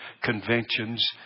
conventions